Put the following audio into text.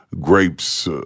grapes